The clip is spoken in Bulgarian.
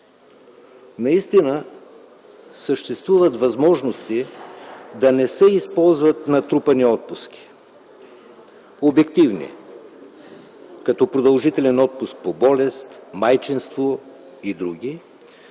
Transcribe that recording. Наистина, съществуват възможности да не се използват натрупани отпуски. Обективни – като продължителен отпуск по болест, майчинство и др.